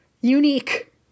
unique